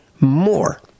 more